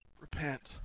Repent